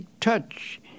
touch